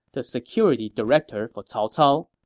the security director for cao cao.